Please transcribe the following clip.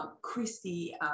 Christy